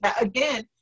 again